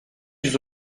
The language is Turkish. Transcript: yüz